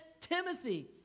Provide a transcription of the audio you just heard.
Timothy